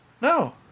No